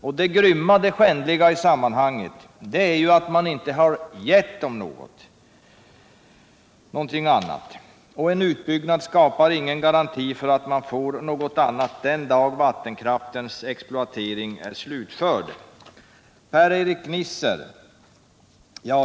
Och det grymma och skändliga i sammanhanget är att man inte har gett dem något annat. En utbyggnad skapar inte heller någon garanti för att de får något annat den dag vattenkraftens exploatering är slutförd.